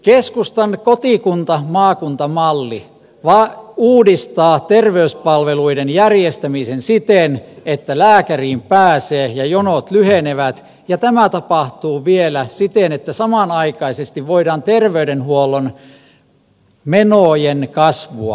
keskustan kotikuntamaakunta malli uudistaa terveyspalveluiden järjestämisen siten että lääkäriin pääsee ja jonot lyhenevät ja tämä tapahtuu vielä siten että samanaikaisesti voidaan terveydenhuollon menojen kasvua rajoittaa